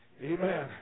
Amen